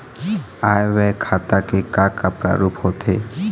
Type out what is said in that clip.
आय व्यय खाता के का का प्रारूप होथे?